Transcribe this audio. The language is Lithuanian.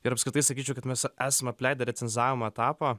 ir apskritai sakyčiau kad mes esam apleidę recenzavimo etapą